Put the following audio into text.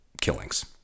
killings